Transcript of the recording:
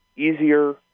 easier